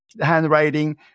handwriting